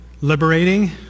Liberating